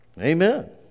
Amen